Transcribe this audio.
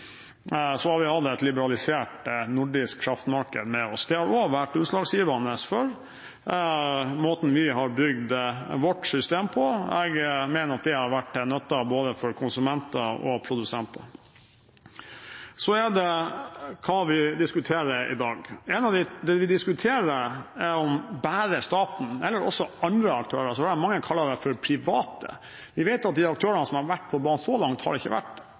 har vi hatt et liberalisert nordisk kraftmarked. Det har også vært utslagsgivende for måten vi har bygd vårt system på. Jeg mener at det har vært til nytte både for konsumenter og produsenter. Så hva er det vi diskuterer i dag? Noe av det vi diskuterer, er om bare staten eller også andre som mange kaller private, skal være aktører. Vi vet at de aktørene som har vært på banen så langt, ikke har vært utpreget private. Det har vært